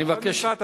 אני מבקש.